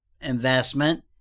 investment